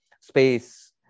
space